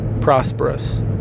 prosperous